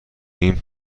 این